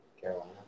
Carolina